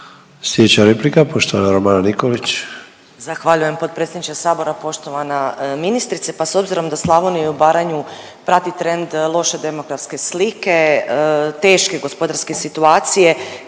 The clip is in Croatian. Sljedeća replika poštovana Romana Nikolić.